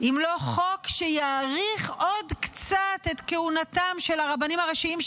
אם לא חוק שיאריך עוד קצת את כהונתם של הרבנים הראשיים,